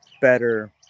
better